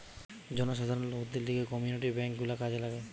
জনসাধারণ লোকদের লিগে কমিউনিটি বেঙ্ক গুলা কাজে লাগে